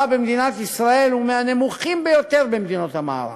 במדינת ישראל הוא מהנמוכים ביותר במדינות המערב,